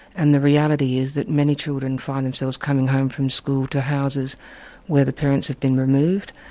and the reality is that many children find themselves coming home from school to houses where the parents have been removed.